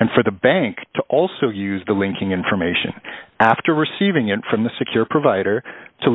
and for the bank to also use the linking information after receiving it from the secure provider to